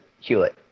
Hewlett